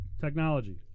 technology